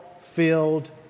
filled